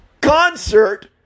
concert